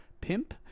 Pimp